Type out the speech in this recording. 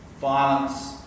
violence